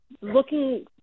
looking